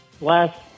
last